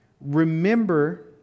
remember